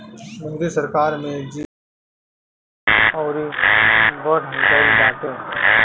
मोदी सरकार में जी.एस.टी के अउरी बढ़ गईल बाटे